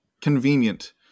convenient